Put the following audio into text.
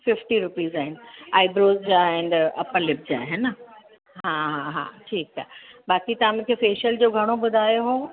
fifty rupees आहिनि eyebrows जा and upper lip जा हे न हा हा ठीकु आहे बाक़ी तव्हां मूंखे फ़ेशियल जो घणो ॿुधायो हो